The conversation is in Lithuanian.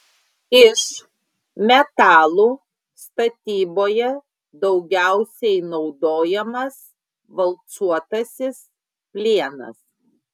iš metalų statyboje daugiausiai naudojamas valcuotasis plienas